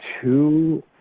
two